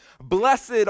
blessed